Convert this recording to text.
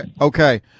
okay